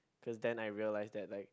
cause then I realised that like